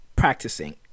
practicing